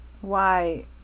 Why